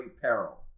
peril